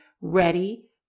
ready